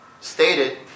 stated